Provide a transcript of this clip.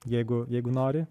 jeigu jeigu nori